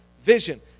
Vision